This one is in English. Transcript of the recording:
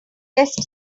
test